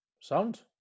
Sound